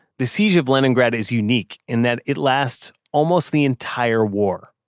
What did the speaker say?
the siege of leningrad is unique in that it lasts almost the entire war,